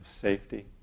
safety